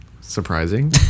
surprising